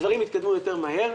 הדברים התקדמו יותר מהר.